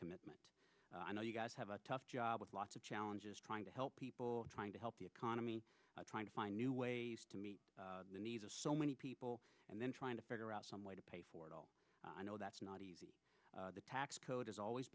commitment i know you guys have a tough job with lots of challenges trying to help people trying to help the economy trying to find new ways to meet the needs of so many people and then trying to figure out some way to pay for it all i know that's not the tax code has always